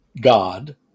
God